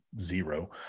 zero